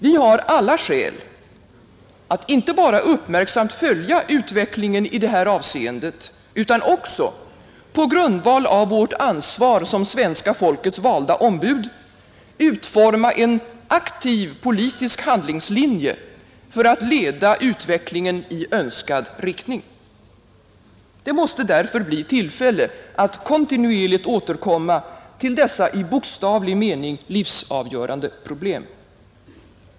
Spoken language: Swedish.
Vi har alla skäl att inte bara uppmärksamt följa utvecklingen i detta avseende utan också på grundval av vårt ansvar som svenska folkets valda ombud utforma en aktiv politisk handlingslinje för att leda utvecklingen i önskad riktning. Det måste därför bli tillfälle att kontinuerligt återkomma till dessa i bokstavlig mening livsavgörande problem.